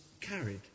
carried